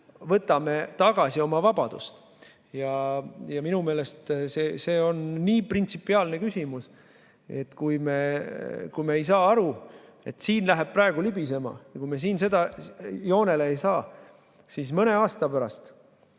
võtame tagasi oma vabadust. Minu meelest see on nii printsipiaalne küsimus, sest kui me ei saa aru, et siin läheb praegu libisema, ja kui me seda joonele ei saa, siis mõne aasta pärast